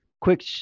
Quick